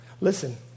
Listen